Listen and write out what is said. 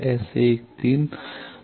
S 13